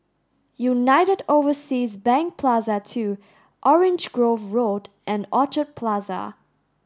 United Overseas Bank Plaza Two Orange Grove Road and Orchid Plaza